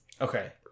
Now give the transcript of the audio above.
Okay